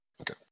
Okay